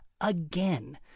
again